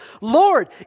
Lord